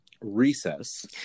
recess